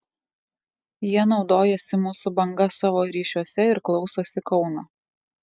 jie naudojasi mūsų banga savo ryšiuose ir klausosi kauno